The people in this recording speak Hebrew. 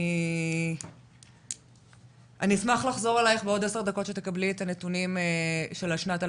אני אשמח לחזור אלייך בעוד עשר דקות כשתקבלי את הנתונים של שנת 2021,